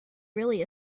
really